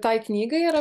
tai knygai ar